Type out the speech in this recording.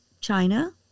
China